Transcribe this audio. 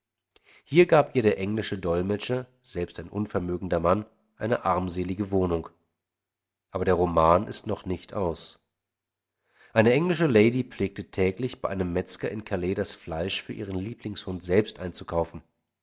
hier gab ihr der englische dolmetscher selbst ein unvermögender mann eine armselige wohnung aber der roman ist noch nicht aus eine englische lady pflegte täglich bei einem metzger in calais das fleisch für ihren lieblingshund selbst einzukaufen